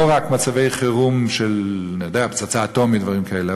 לא רק מצבי חירום של פצצה אטומית ודברים כאלה,